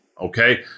Okay